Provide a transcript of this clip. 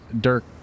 Dirk